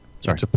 Sorry